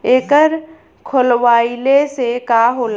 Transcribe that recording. एकर खोलवाइले से का होला?